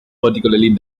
particularly